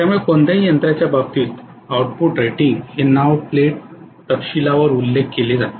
त्यामुळे कोणत्याही यंत्राच्या बाबतीत आउटपुट रेटिंग हे नाव प्लेट तपशीलावर उल्लेख केले जाते